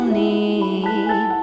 need